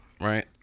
right